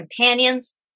companions